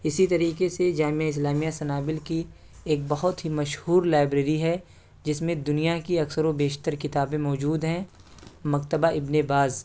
اسی طریقہ سے جامعہ اسلامیہ سنابل کی ایک بہت ہی مشہور لائبریری ہے جس میں دنیا کی اکثر و بیشتر کتابیں موجود ہیں مکتبہ ابن باز